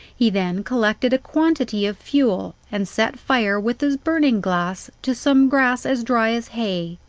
he then collected a quantity of fuel, and set fire, with his burning-glass, to some grass as dry as hay,